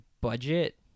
budget